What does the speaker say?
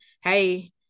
hey